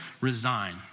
resign